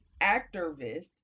activist